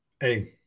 Hey